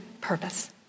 purpose